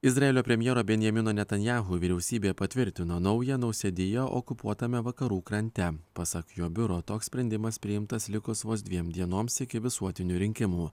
izraelio premjero benjamino netanyahu vyriausybė patvirtino naują nausėdiją okupuotame vakarų krante pasak jo biuro toks sprendimas priimtas likus vos dviem dienoms iki visuotinių rinkimų